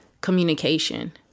communication